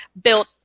built